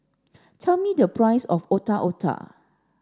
tell me the price of Otak Otak